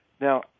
Now